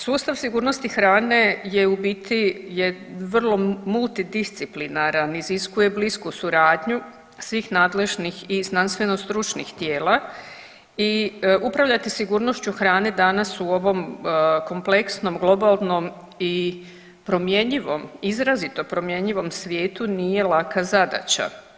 Sustav sigurnosti hrane je u biti vrlo multidisciplinaran, iziskuje blisku suradnju svih nadležnih i znanstvenostručnih tijela i upravljati sigurnošću hrane danas u ovom kompleksnom globalnom i promjenjivom, izrazito promjenjivom svijetu nije laka zadaća.